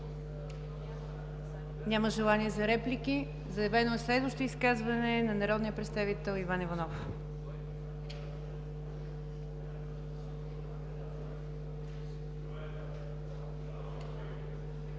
Няма желание за реплики. Заявено е следващо изказване – на народния представител Иван Иванов.